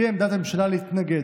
תהיה עמדת הממשלה להתנגד.